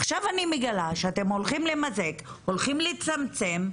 עכשיו אני מגלה שאתם הולכים למזג, הולכים לצמצם.